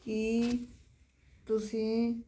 ਕੀ ਤੁਸੀਂਂ